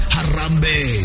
Harambe